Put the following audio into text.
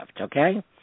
okay